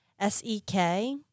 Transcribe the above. S-E-K